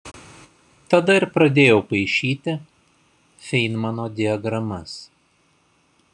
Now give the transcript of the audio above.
tada ir pradėjau paišyti feinmano diagramas